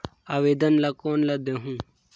आवेदन ला कोन ला देहुं?